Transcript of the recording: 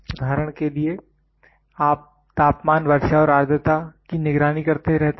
उदाहरण के लिए आप तापमान वर्षा और आर्द्रता की निगरानी करते रहते हैं